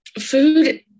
Food